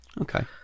Okay